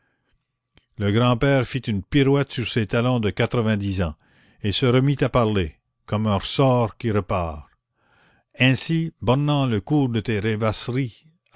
le grand-père fit une pirouette sur ses talons de quatre-vingt-dix ans et se remit à parler comme un ressort qui repart ainsi bornant le cours de tes rêvasseries